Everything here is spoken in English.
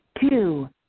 Two